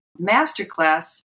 masterclass